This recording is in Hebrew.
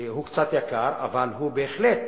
הוא קצת יקר אבל הוא בהחלט